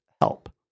help